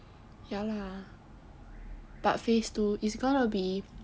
ya lah but phase two it's going to be